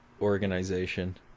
organization